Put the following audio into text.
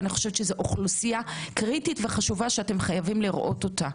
אני חושבת שזו אוכלוסייה קריטית וחשובה שאתם חייבים לראות אותה.